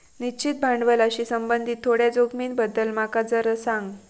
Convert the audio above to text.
निश्चित भांडवलाशी संबंधित थोड्या जोखमींबद्दल माका जरा सांग